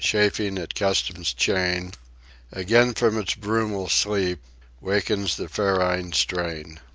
chafing at custom's chain again from its brumal sleep wakens the ferine strain.